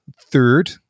third